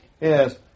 Yes